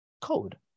code